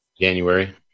January